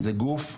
זה גוף קטן,